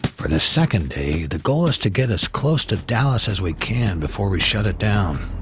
for this second day, the goal is to get as close to dallas as we can before we shut it down.